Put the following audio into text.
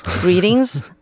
Greetings